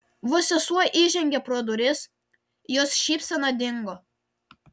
vos sesuo įžengė pro duris jos šypsena dingo